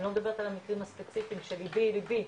אני לא מדברת על המקרים הספציפי שליבי ליבי,